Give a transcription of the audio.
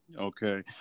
Okay